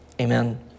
amen